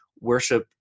worship